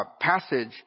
passage